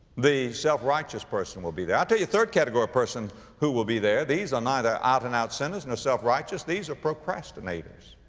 the self-righteous person will be there. i'll tell you a third category of person who will be there. these are neither out and out sinners nor self-righteous, these are procrastinators.